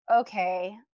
okay